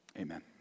amen